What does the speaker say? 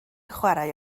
chwarae